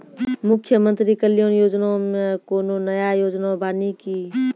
मुख्यमंत्री कल्याण योजना मे कोनो नया योजना बानी की?